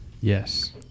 Yes